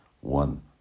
one